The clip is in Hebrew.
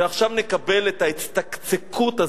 ועכשיו נקבל את ההצטקצקות הזאת,